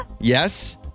Yes